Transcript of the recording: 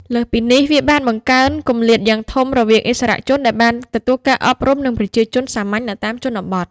លើសពីនេះ វាបានបង្កើនគម្លាតយ៉ាងធំរវាងឥស្សរជនដែលបានទទួលការអប់រំ និងប្រជាជនសាមញ្ញនៅតាមជនបទ។